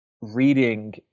reading